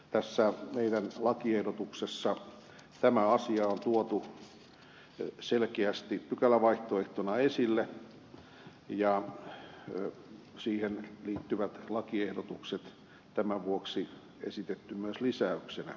tässä meidän lakiehdotuksessamme tämä asia on tuotu selkeästi pykälävaihtoehtona esille ja siihen liittyvät lakiehdotukset on tämän vuoksi esitetty myös lisäyksenä